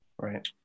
right